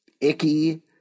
icky